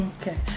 Okay